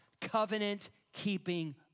covenant-keeping